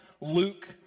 Luke